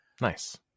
nice